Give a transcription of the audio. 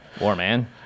warman